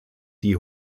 die